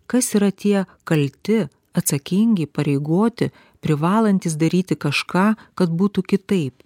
kas yra tie kalti atsakingi įpareigoti privalantys daryti kažką kad būtų kitaip